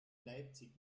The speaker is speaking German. leipzig